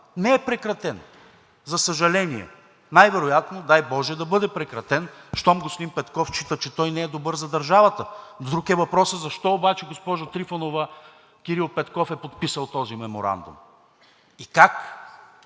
не е прекратен, за съжаление. Най-вероятно, дай боже, да бъде прекратен, щом господин Петков счита, че той не е добър за държавата. Друг е въпросът обаче, госпожо Трифонова, защо Кирил Петков е подписал този меморандум и как,